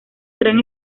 crean